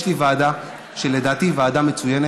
יש לי ועדה שלדעתי היא ועדה מצוינת,